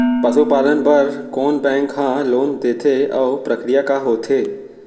पसु पालन बर कोन बैंक ह लोन देथे अऊ प्रक्रिया का होथे?